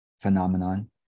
phenomenon